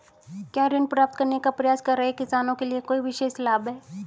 क्या ऋण प्राप्त करने का प्रयास कर रहे किसानों के लिए कोई विशेष लाभ हैं?